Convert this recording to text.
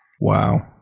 Wow